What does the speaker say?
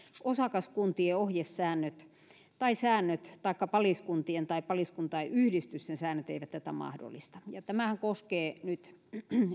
osakaskuntien ohjesäännöt tai säännöt taikka paliskuntien tai paliskuntain yhdistysten säännöt eivät tätä mahdollista tämähän koskee nyt